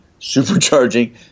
supercharging